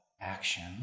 action